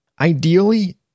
ideally